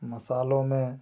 मसालों में